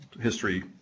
history